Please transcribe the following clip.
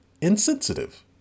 insensitive